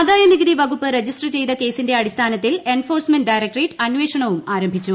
ആദ്യാനികുതി വകുപ്പ് രജിസ്റ്റർ ചെയ്ത കേസിന്റെ അടിസ്ഥാനത്തിൽ എൻഫോഴ്സ്മെന്റ് ഡയറക്ട്രേറ്റ് അന്വേഷണവും ആരംഭിച്ചു